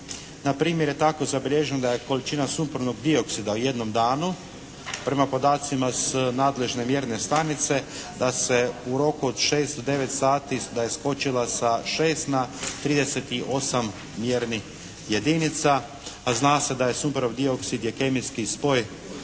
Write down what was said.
npr. je tako zabilježeno da je količina sumpornog dioksida u jednom danu prema podacima s nadležne mjerne stanice da se u roku od 6 do 9 sati da je skočila sa 6 na 38 mjernih jedinica, a zna se da je sumporov dioksid je kemijski spoj